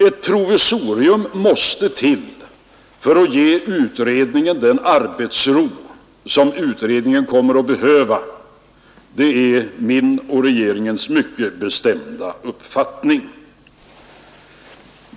Ett provisorium måste till för att ge utredningen den arbetsro som den kommer att behöva. Det är regeringens och min mycket bestämda uppfattning.